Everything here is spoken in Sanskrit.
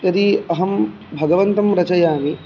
यदि अहं भगवन्तं रचयामि